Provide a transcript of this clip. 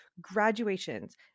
graduations